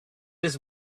his